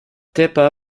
tepa